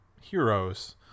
heroes